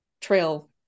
trail